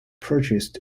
purchased